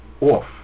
off